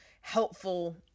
helpful